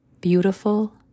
beautiful